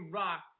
rock